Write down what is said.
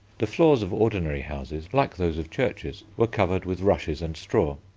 the floors of ordinary houses, like those of churches, were covered with rushes and straw,